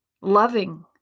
loving